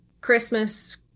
Christmas